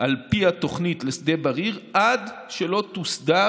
על פי התוכנית לשדה בריר עד שלא תוסדר